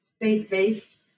faith-based